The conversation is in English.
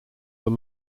were